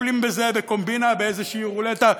מטפלים בזה בקומבינה באיזושהי רולטה.